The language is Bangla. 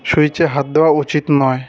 সুইচে হাত দেওয়া উচিত নয়